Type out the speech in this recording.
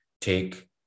take